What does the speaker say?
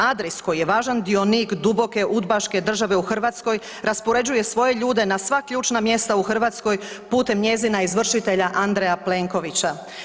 Adris koji je važan dionik duboke udbaške države u Hrvatskoj raspoređuje svoje ljude na sva ključna mjesta u Hrvatskoj putem njezina izvršitelja Andreja Plenkovića.